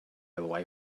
away